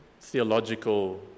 theological